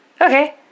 Okay